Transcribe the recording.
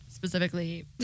Specifically